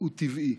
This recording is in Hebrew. הוא טבעי.